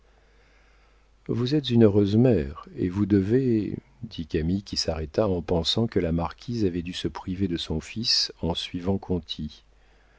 vous êtes une heureuse mère et vous devez dit camille qui s'arrêta en pensant que la marquise avait dû se priver de son fils en suivant conti